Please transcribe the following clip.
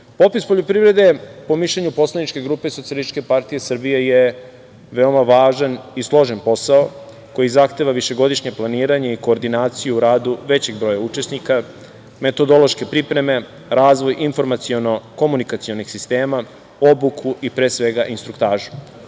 poljoprivrede po mišljenju poslaničke grupe SPS je veoma važan i složen posao koji zahteva višegodišnje planiranje i koordinaciju u radu većeg broja učesnika, metodološke pripreme, razvoj informaciono-komunikacionih sistema, obuku i pre svega instruktažu.U